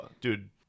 Dude